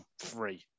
three